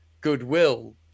goodwill